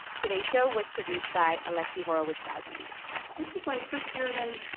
today's show was produced by alexi horowitz-ghazi this is, like, crispier than